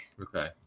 Okay